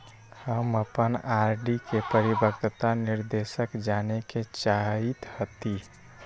हम अपन आर.डी के परिपक्वता निर्देश जाने के चाहईत हती